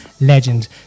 legend